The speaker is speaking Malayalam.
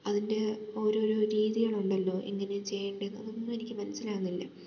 അതിൻ്റെ ഓരോരോ രീതികളുണ്ടല്ലോ എങ്ങിനെയാണ് ചെയ്യേണ്ടത് അതൊന്നും എനിക്ക് മനസ്സിലാകുന്നില്ല